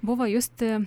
buvo justi